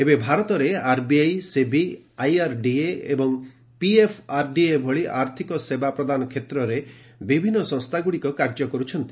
ଏବେ ଭାରତରେ RBI SEBI IRDA ଏବଂ ପିଏଫ୍ଆର୍ଡିଏ ଭଳି ଆର୍ଥିକ ସେବା ପ୍ରଦାନ କ୍ଷେତ୍ରରେ ବିଭିନ୍ନ ସଂସ୍ଥାମାନ କାର୍ଯ୍ୟ କରୁଛନ୍ତି